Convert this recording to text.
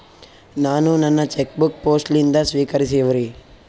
ನಾನು ನನ್ನ cheque book post ಲಿಂದ ಸ್ವೀಕರಿಸಿವ್ರಿ